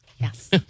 Yes